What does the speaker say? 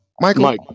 Michael